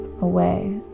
away